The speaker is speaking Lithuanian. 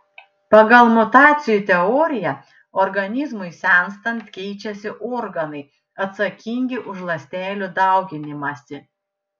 pagal mutacijų teoriją organizmui senstant keičiasi organai atsakingi už ląstelių dauginimąsi